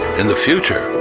in the future,